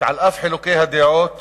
שעל אף חילוקי הדעות